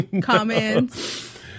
comments